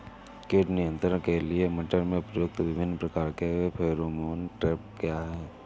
कीट नियंत्रण के लिए मटर में प्रयुक्त विभिन्न प्रकार के फेरोमोन ट्रैप क्या है?